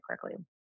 correctly